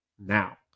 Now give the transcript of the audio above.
now